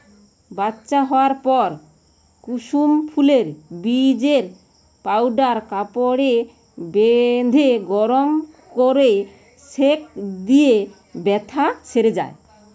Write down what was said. বাচ্চা হোয়ার পর কুসুম ফুলের বীজের পাউডার কাপড়ে বেঁধে গরম কোরে সেঁক দিলে বেথ্যা সেরে যায়